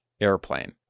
Airplane